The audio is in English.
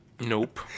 nope